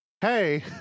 Hey